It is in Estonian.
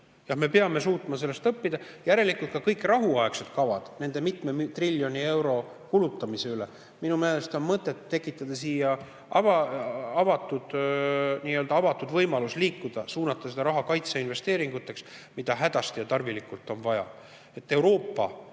Me peame suutma sellest õppida. Järelikult ka kõigi rahuaegsete kavade puhul nende mitme triljoni euro kulutamise kohta on minu meelest mõtet tekitada siia avatud võimalus liikuda, suunata seda raha kaitseinvesteeringuteks, mida hädasti ja tarvilikult on vaja.